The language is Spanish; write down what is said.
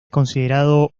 considerado